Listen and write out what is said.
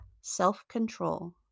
self-control